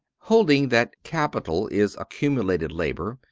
holding that capital is accumulated labor,